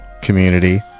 community